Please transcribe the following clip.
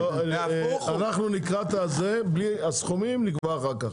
טוב, אנחנו לקראת הזה, הסכומים נקבע אחר כך,